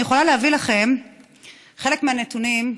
אני יכולה להביא לכם חלק מהנתונים,